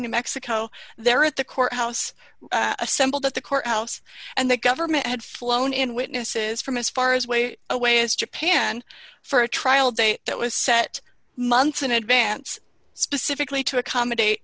new mexico there at the courthouse assembled at the courthouse and the government had flown in witnesses from as far as way away is japan for a trial day that was set months in advance specifically to accommodate